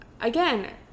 again